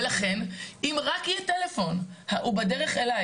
ולכן, אם רק יהיה טלפון שאומר לה שהוא בדרך אליה